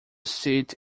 sit